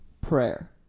prayer